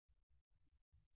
విద్యార్థి సార్